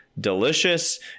delicious